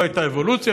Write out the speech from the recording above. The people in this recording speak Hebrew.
לא הייתה אבולוציה,